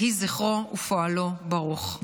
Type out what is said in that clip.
יהי זכרו ופועלו ברוך.